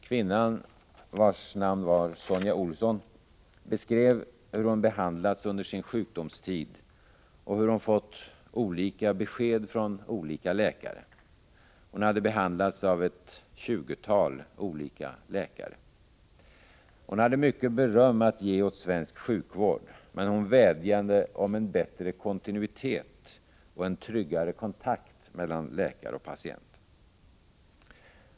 Kvinnan, vars namn var Sonja Olsson, beskrev hur hon behandlats under sin sjukdomstid och hur hon fått olika besked från olika läkare. Hon hade behandlats av ett tjugotal olika läkare. Hon hade mycket beröm att ge åt svensk sjukvård, men hon vädjade om en bättre kontinuitet och om en tryggare kontakt mellan läkare och patient.